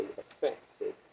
affected